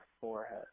forehead